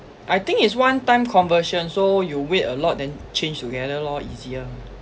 I think it's one time conversion so you wait a lot then change together lor easier